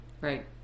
Right